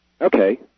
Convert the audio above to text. Okay